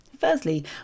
Firstly